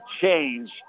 change